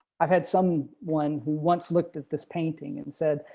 i've had some one who wants looked at this painting and said,